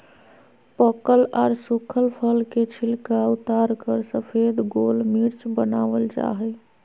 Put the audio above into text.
पकल आर सुखल फल के छिलका उतारकर सफेद गोल मिर्च वनावल जा हई